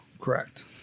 Correct